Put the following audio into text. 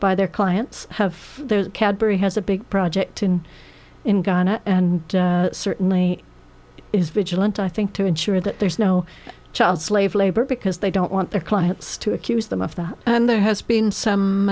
by their clients have their cadbury has a big project and in ghana and certainly is vigilant i think to ensure that there is no child slave labor because they don't want their clients to accuse them of that and there has been some